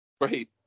Right